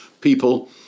people